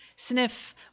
Sniff